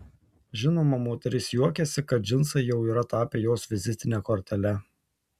žinoma moteris juokiasi kad džinsai jau yra tapę jos vizitine kortele